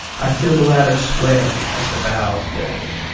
i feel the ladder sway as the boughs bend.